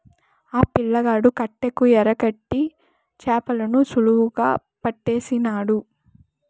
ఆ పిల్లగాడు కట్టెకు ఎరకట్టి చేపలను సులువుగా పట్టేసినాడు